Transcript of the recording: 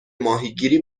ماهیگیری